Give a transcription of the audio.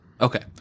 Okay